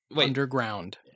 underground